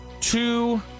two